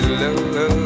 love